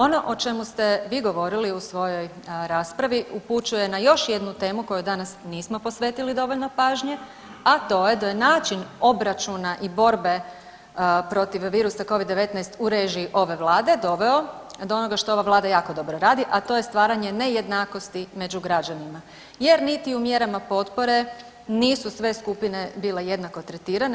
Ono o čemu ste vi govorili u svojoj raspravi upućuje na još jednu temu kojoj danas nismo posvetili dovoljno pažnje, a to je da je način obračuna i borbe protiv virusa Covid-19 u režiji ove Vlade doveo do onoga što ova Vlada jako dobro radi, a to je stvaranje nejednakosti među građanima jer niti u mjerama potpore nisu sve skupine bile jednako tretirane.